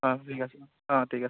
অঁ ঠিক আছে অঁ ঠিক আছে